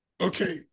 Okay